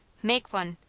make one!